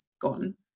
gone